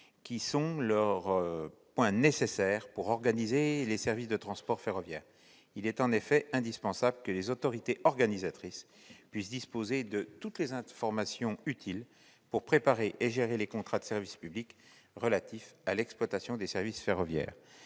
transports des données nécessaires à l'organisation des services de transport ferroviaire. Il est en effet indispensable que les autorités organisatrices de transports puissent disposer de toutes les informations utiles pour préparer et gérer les contrats de service public relatifs à l'exploitation des services ferroviaires.